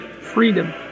freedom